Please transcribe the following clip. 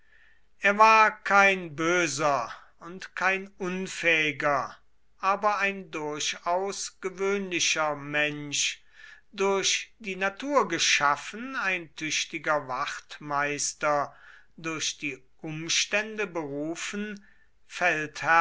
er war kein böser und kein unfähiger aber ein durchaus gewöhnlicher mensch durch die natur geschaffen ein tüchtiger wachtmeister durch die umstände berufen